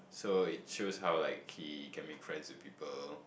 so it shows how like he can be friends with people